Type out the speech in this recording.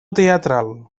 teatral